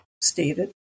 stated